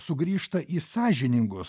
sugrįžta į sąžiningus